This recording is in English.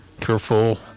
careful